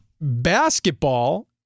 basketball